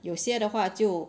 有些的话就